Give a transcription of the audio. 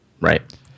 right